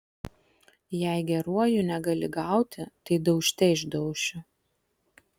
jei geruoju negali gauti tai daužte išdauši